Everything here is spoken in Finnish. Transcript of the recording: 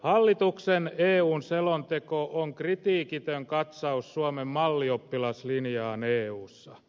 hallituksen eu selonteko on kritiikitön katsaus suomen mallioppilaslinjaan eussa